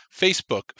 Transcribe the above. Facebook